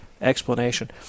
explanation